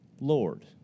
Lord